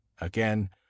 again